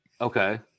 Okay